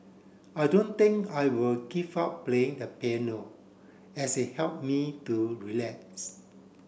I don't think I will give up playing the piano as it help me to relax